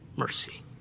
mercy